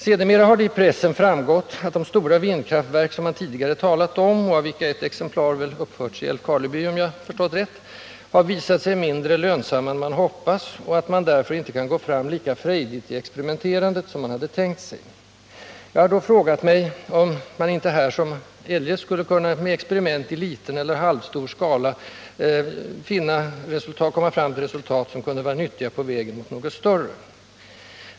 Sedermera har det av uppgifter i pressen framgått att de stora vindkraftverk som man tidigare talat om, och av vilka ett exemplar uppförts i Älvkarleby om jag har förstått rätt, har visat sig mindre lönsamma än man hoppats och att man därför inte kan gå fram lika frejdigt i experimenterandet som man hade tänkt sig. Jag har då frågat mig om man inte här som eljest skulle kunna, med experiment i liten eller halvstor skala, komma fram till resultat som vore nyttiga — på vägen mot större experiment.